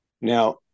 now